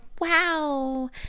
wow